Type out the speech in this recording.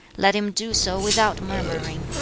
let him do so without murmuring.